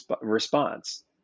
response